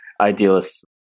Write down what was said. idealist